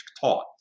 taught